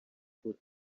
kure